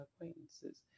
acquaintances